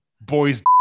Boys